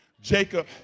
Jacob